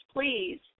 please